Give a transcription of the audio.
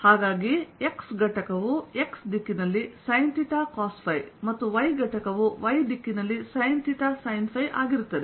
ಆದ್ದರಿಂದ x ಘಟಕವು x ದಿಕ್ಕಿನಲ್ಲಿ sinθ cosϕಮತ್ತು y ಘಟಕವು y ದಿಕ್ಕಿನಲ್ಲಿ sinθ sinϕ ಆಗಿರುತ್ತದೆ